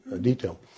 detail